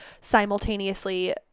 simultaneously